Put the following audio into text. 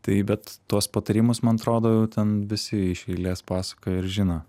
tai bet tuos patarimus man atrodo ten visi iš eilės pasakoja ir žino